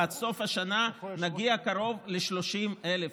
ועד סוף השנה נגיע קרוב ל-30,000,